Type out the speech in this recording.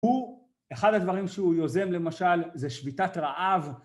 הוא אחד הדברים שהוא יוזם למשל זה שביתת רעב